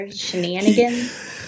shenanigans